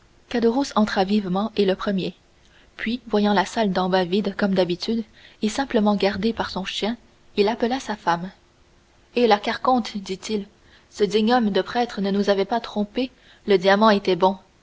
entra vivement et le premier puis voyant la salle d'en bas vide comme d'habitude et simplement gardée par son chien il appela sa femme hé la carconte dit-il ce digne homme de prêtre ne nous avait pas trompés le diamant était bon